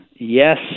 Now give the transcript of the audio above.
Yes